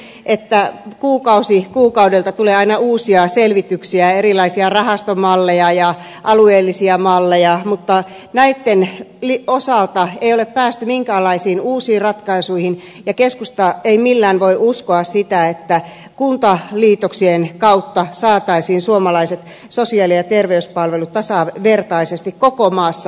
te tiedätte kaikki että kuukausi kuukaudelta tulee aina uusia selvityksiä erilaisia rahastomalleja ja alueellisia malleja mutta näitten osalta ei ole päästy minkäänlaisiin uusiin ratkaisuihin ja keskusta ei millään voi uskoa sitä että kuntaliitoksien kautta saataisiin suomalaiset sosiaali ja terveyspalvelut tasavertaisesti koko maassa toteutettua